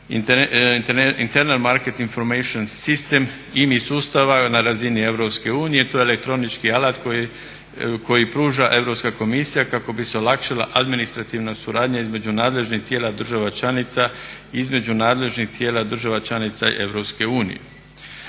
internal marketing information system ili sustava na razini EU. To je elektronički alat koji pruža Europska komisija kako bi se olakšala administrativna suradnja između nadležnih tijela država članica i između nadležnih tijela država članica EU.